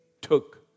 took